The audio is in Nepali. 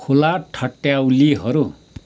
खुला ठट्याउलीहरू